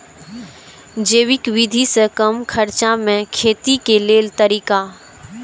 जैविक विधि से कम खर्चा में खेती के लेल तरीका?